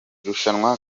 rushanwa